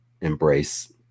embrace